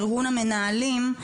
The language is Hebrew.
ארגון המנהלים,